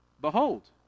Behold